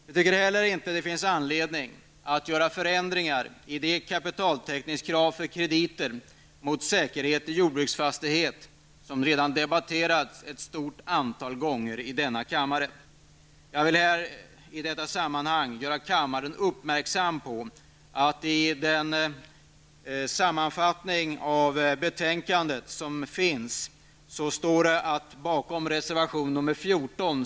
Vi anser inte heller att det finns anledning att göra förändringar i det kapitaltäckningskrav för krediter mot säkerhet i jordbruksfastighet som redan debatterats ett stort antal gånger i denna kammare. Jag vill göra kammaren uppmärksam på att det i sammanfattningen av betänkandet sägs att moderata samlingspartiet står bakom reservation nr 14.